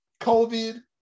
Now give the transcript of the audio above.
COVID